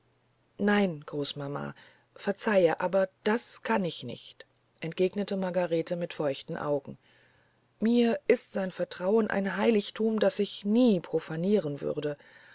nein großmama verzeihe aber das kann ich nicht entgegnete margarete mit feuchten augen mir ist sein vertrauen ein heiligtum das ich nie profanieren werde